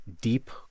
deep